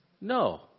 No